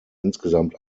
insgesamt